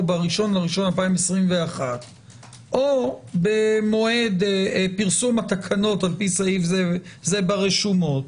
ב-1.1.21 או במועד פרסום התקנות לפי סעיף זה זה ברשומות